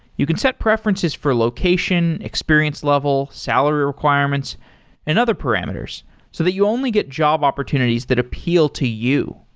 you can set preferences for location, experience level, salary requirements and other parameters so that you only get job opportunities that appeal to you.